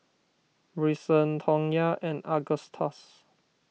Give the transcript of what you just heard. Brycen Tonya and Agustus